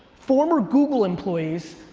former google employees,